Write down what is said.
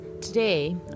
today